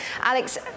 Alex